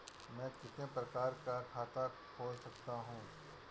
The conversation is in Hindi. मैं कितने प्रकार का खाता खोल सकता हूँ?